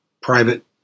private